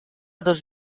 dos